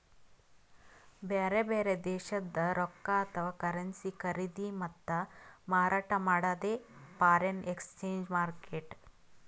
ಬ್ಯಾರೆ ಬ್ಯಾರೆ ದೇಶದ್ದ್ ರೊಕ್ಕಾ ಅಥವಾ ಕರೆನ್ಸಿ ಖರೀದಿ ಮತ್ತ್ ಮಾರಾಟ್ ಮಾಡದೇ ಫಾರೆನ್ ಎಕ್ಸ್ಚೇಂಜ್ ಮಾರ್ಕೆಟ್